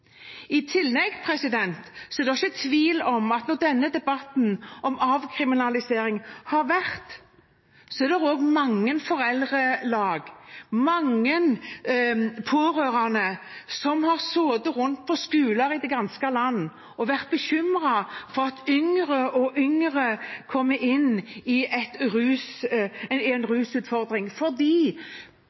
er det ikke tvil om at det under denne debatten om avkriminalisering har vært mange foreldrelag og mange pårørende som har sittet rundt på skoler i det ganske land og vært bekymret for at yngre og yngre kommer inn i